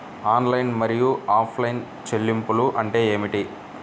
Online మరియు offline చెల్లింపులు అంటే ఏమిటి?